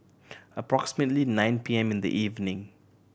approximately nine P M in the evening